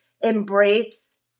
embrace